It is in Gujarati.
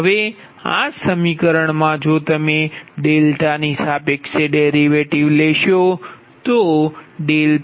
હવે આ સમીકરણ મા જો તમે ની સાપેક્ષે ડેરિવેટિવ લેશો તો PLosskP1kP2kP3k